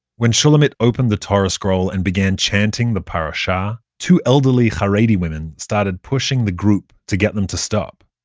when shulamit opened the torah scroll, and began chanting the parasha, two elderly charedi women started pushing the group to get them to stop.